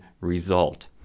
result